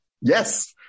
Yes